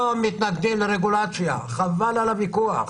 לא מתנגדים לרגולציה, חבל על הוויכוח.